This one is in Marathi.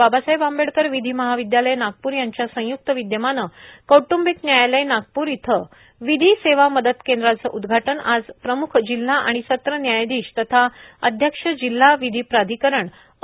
बाबासाहेब आंबेडकर विधी महाविद्यालय नागपूर यांच्या संयुक्त विद्यमानं कौटुंबिक न्यायालय नागपूर इथं विधी सेवा मदत केंद्राचं उद्घाटन आज प्रम्ख जिल्हा आणि सत्र न्यायाधीश तथा अध्यक्ष जिल्हा विधी प्राधिकरण अ